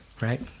right